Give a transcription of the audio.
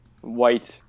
white